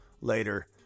later